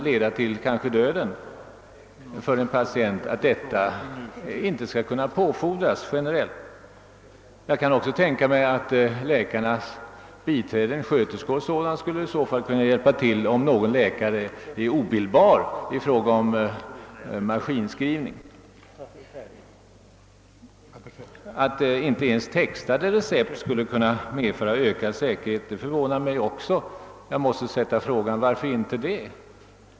Läkarna har ju en mycket viktig uppgift i samhället, och om de skriver med slarvig handstil kan följden rent av bli döden för en patient. Och om någon läkare är obildbar i fråga om maskinskrivning kan väl läkarens biträden — sköterskor och andra — hjälpa till. Jag vill också fråga varför inte en föreskrift om att recept skall textas skulle kunna medföra ökad säkerhet.